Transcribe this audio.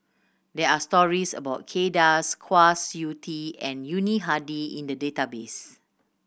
there are stories about Kay Das Kwa Siew Tee and Yuni Hadi in the database